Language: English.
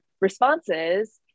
responses